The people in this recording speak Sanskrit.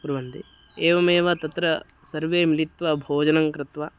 कुर्वन्ति एवमेव तत्र सर्वे मिलित्वा भोजनं कृत्वा